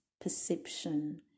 perception